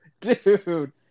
dude